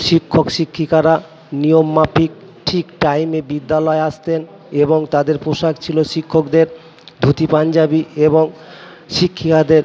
শিক্ষক শিক্ষিকারা নিয়মমাফিক ঠিক টাইমে বিদ্যালয়ে আসতেন এবং তাদের পোশাক ছিলো শিক্ষকদের ধুতি পাঞ্জাবি এবং শিক্ষিকাদের